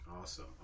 awesome